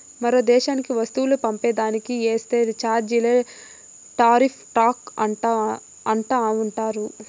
మరో దేశానికి వస్తువులు పంపే దానికి ఏసే చార్జీలే టార్రిఫ్ టాక్స్ అంటా ఉండారు